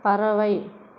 பறவை